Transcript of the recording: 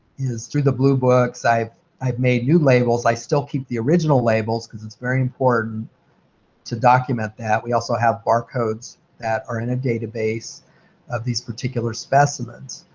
is through the blue books, i've i've made new labels. i still keep the original labels, because it's very important to document that. we also have bar codes that are in a database of these particular specimens.